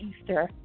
Easter